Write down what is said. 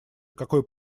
какой